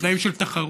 בתנאים של תחרות,